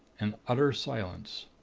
an utter silence.